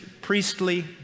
priestly